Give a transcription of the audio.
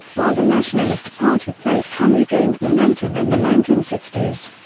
while the nationalist party plaid cymru gained momentum in the nineteen sixty s.